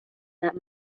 that